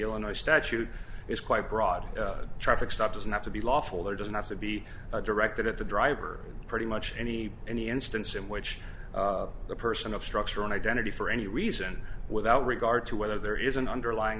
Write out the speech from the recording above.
illinois statute is quite broad a traffic stop doesn't have to be lawful or doesn't have to be directed at the driver pretty much any any instance in which a person of structure an identity for any reason without regard to whether there is an underlying